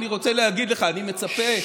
אני רוצה להגיד לך שאני מצפה,